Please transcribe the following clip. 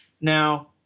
Now